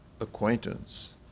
acquaintance